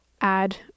add